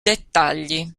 dettagli